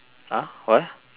!huh! what